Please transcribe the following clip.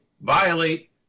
violate